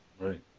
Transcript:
Right